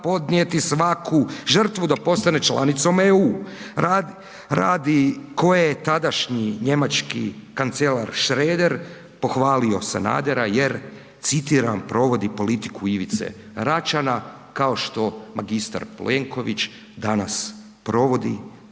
svaku žrtvu da postane članicom EU“ radi koje je tadašnji njemački kancelar Šreder pohvalio Sanadera jer, citiram „provodi politiku Ivice Račana“, kao što mg. Plenković danas provodi politiku